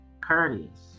courteous